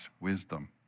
wisdom